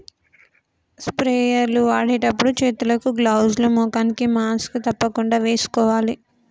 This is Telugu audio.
స్ప్రేయర్ లు వాడేటప్పుడు చేతులకు గ్లౌజ్ లు, ముఖానికి మాస్క్ తప్పకుండా వేసుకోవాలి